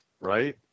right